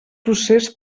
procés